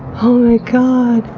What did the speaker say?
oh my god!